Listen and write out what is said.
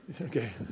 Okay